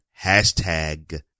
Hashtag